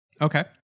Okay